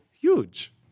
huge